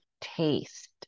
taste